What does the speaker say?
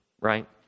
right